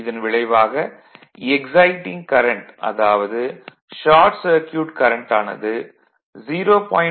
இதன் விளைவாக exciting current அதாவது ஷார்ட் சர்க்யூட் கரண்ட் ஆனது 0